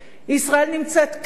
ישראל נמצאת קצת